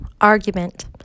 argument